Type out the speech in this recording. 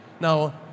Now